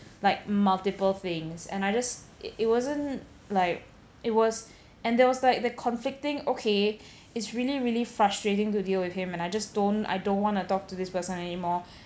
like multiple things and I just it it wasn't like it was and there was like the conflicting okay is really really frustrating to deal with him and I just don't I don't wanna talk to this person anymore